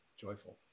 Joyful